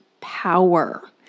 power